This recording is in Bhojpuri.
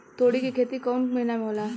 तोड़ी के खेती कउन महीना में होला?